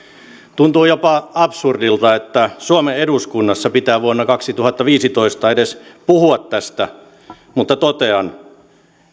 tuntuu jopa absurdilta että suomen eduskunnassa pitää vuonna kaksituhattaviisitoista edes puhua tästä mutta totean